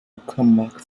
uckermark